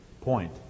point